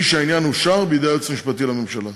בלי שהעניין אושר בידי היועץ המשפטי לממשלה.